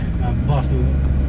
ah buff tu